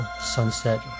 Sunset